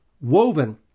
woven